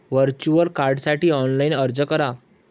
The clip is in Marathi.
व्हर्च्युअल कार्डसाठी ऑनलाइन अर्ज करा